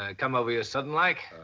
ah come over you sudden like?